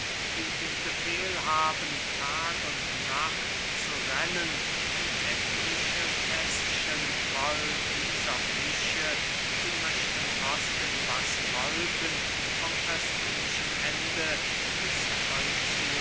die den befehl haben tag und nacht zu rennen um etliche fäßchen voll dieser fische sie möchten kosten was sie wollten vom östlichen ende des